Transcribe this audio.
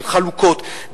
של חלוקות,